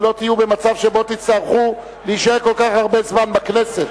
שלא תהיו במצב שבו תצטרכו להישאר כל כך הרבה זמן בכנסת,